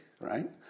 right